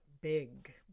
Big